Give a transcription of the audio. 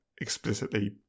explicitly